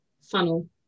funnel